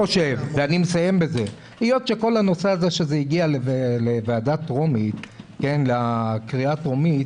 כאשר הצעת החוק הגיעה לקריאה הטרומית,